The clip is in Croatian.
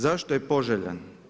Zašto je poželjan?